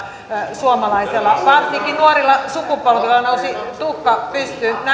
suomalaisella varsinkin nuorilla sukupolvilla nousi tukka pystyyn kun näin